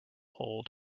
hold